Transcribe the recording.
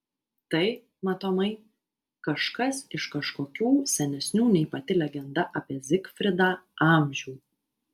tai matomai kažkas iš kažkokių senesnių nei pati legenda apie zigfridą amžių